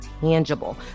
tangible